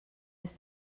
les